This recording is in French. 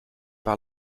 par